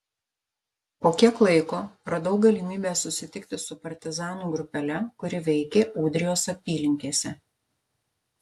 po kiek laiko radau galimybę susitikti su partizanų grupele kuri veikė ūdrijos apylinkėse